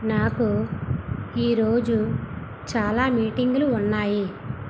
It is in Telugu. నాకు ఈరోజు చాలా మీటింగ్లు ఉన్నాయి